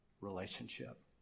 relationship